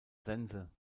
sense